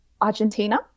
Argentina